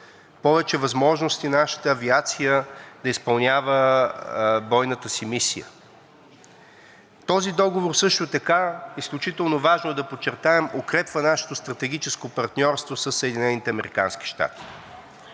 повече възможности нашата авиация да изпълнява бойната си мисия. Този договор също така, изключително важно е да подчертаем, укрепва нашето стратегическо партньорство със